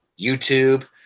YouTube